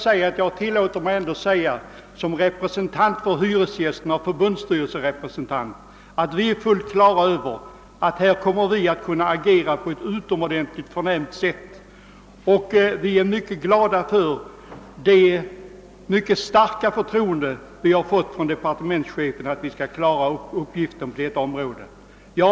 Sedan tillåter jag mig också att som representant för hyresgästerna och deras förbund säga att vi är fullt på det klara med att vi kommer att kunna agera på ett mycket förnämligt sätt i dessa frågor, och vi är mycket glada över det stora förtroende vi fått av departementschefen att kunna klara de uppgifterna.